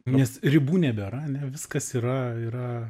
nes ribų nebėra ane viskas yra yra